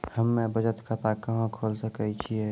हम्मे बचत खाता कहां खोले सकै छियै?